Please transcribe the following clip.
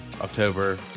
October